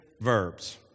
verbs